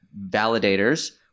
validators